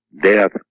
death